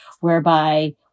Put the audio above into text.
whereby